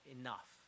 enough